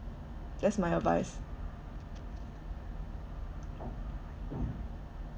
that's my advice